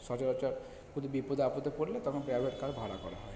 সচরাচর বিপদে আপদে পড়লে তখন প্রাইভেট কার ভাড়া করা হয়